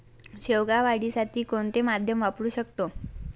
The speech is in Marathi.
शेवगा वाढीसाठी कोणते माध्यम वापरु शकतो?